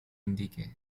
indique